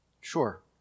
Sure